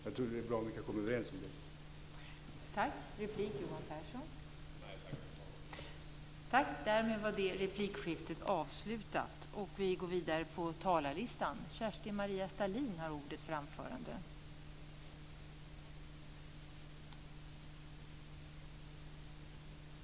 Jag tror att det är bra om vi kan komma överens om det.